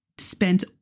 spent